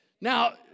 Now